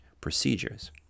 procedures